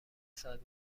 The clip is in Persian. ساعت